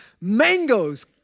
mangoes